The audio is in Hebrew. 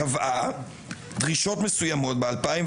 קבעה דרישות מסויימות ב-2020.